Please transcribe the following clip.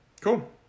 Cool